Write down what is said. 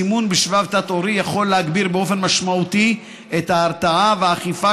סימון בשבב תת-עורי יכול להגביר באופן משמעותי את ההרתעה והאכיפה,